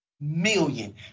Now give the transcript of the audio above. million